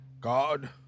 God